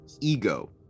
ego